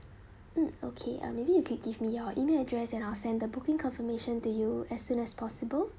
mm okay uh maybe you can give me your email address and I'll send the booking confirmation to you as soon as possible